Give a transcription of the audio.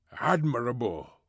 Admirable